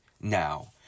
now